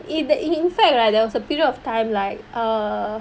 in the in in fact right there was a period of time like err